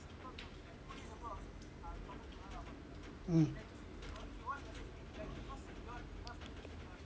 mm